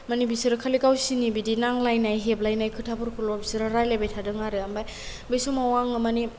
माने बिसोर खालि गावसोरनि बिदि नांलायनाय हेबलायनाय खोथाफोरखौल' बिसोरो रायलायबाय थादों आरो ओमफ्राय बे समाव आं माने